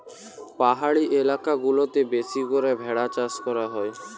পাহাড়ি এলাকা গুলাতে বেশি করে ভেড়ার চাষ করা হয়